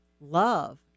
love